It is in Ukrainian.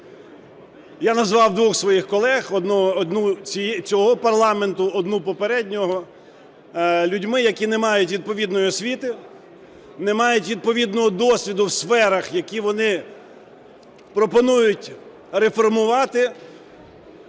(одну цього парламенту, одну - попереднього) людьми, які не мають відповідної освіти, не мають відповідного досвіду у сферах, які вони пропонують реформувати,